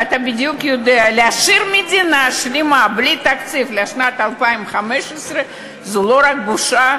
ואתה יודע בדיוק שלהשאיר מדינה שלמה בלי תקציב לשנת 2015 זה לא רק בושה,